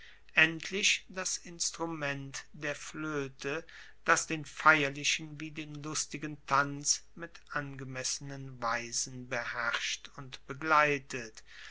endlich das instrument der floete das den feierlichen wie den lustigen tanz mit angemessenen weisen beherrscht und begleitet